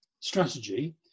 Strategy